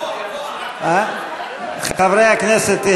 חברי הכנסת,